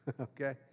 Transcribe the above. okay